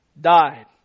died